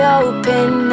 open